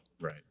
right